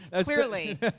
Clearly